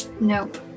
Nope